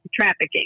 trafficking